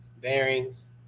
bearings